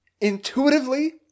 Intuitively